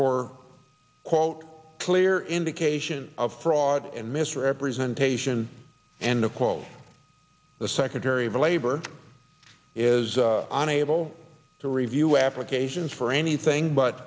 for quote clear indication of fraud and mr representation and of quote the secretary of labor is unable to review applications for anything but